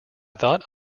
thought